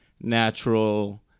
natural